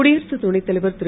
குடியரசு துணை தலைவர் திரு